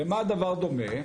למה הדבר דומה?